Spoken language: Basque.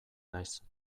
naiz